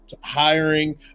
hiring